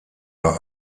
war